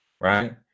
Right